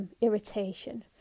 Irritation